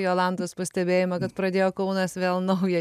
į jolantos pastebėjimą kad pradėjo kaunas vėl naują